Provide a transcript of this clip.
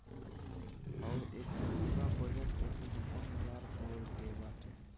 अउर एके पूरा बजट एकहतर हज़ार करोड़ के बाटे